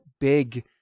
big